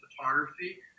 photography